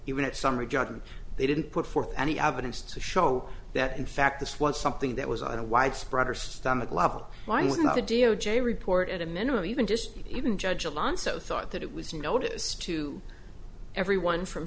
even at summary judgment they didn't put forth any evidence to show that in fact this was something that was on a widespread or stomach level why not a d o j report at a minimum even just even judge alonso thought that it was a notice to everyone from